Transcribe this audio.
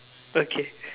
okay